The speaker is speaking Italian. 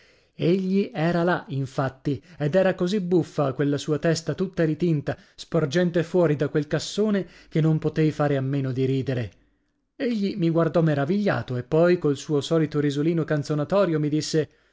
egli era là infatti ed era così buffa quella sua testa tutta ritinta sporgente fuori da quel cassone che non potei fare a meno di ridere egli mi guardò meravigliato e poi col suo solito risolino canzonatorio mi disse